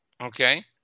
Okay